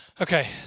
Okay